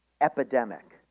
epidemic